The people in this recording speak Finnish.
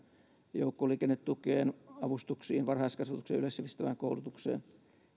joukkoliikennetukeen sekä avustuksiin varhaiskasvatukseen ja yleissivistävään koulutukseen